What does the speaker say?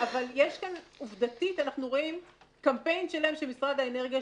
אבל עובדתית אנחנו רואים קמפיין שלם של משרד האנרגיה,